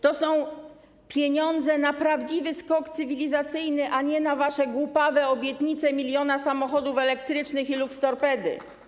To są pieniądze na prawdziwy skok cywilizacyjny, a nie na wasze głupawe obietnice miliona samochodów elektrycznych i luxtorpedy.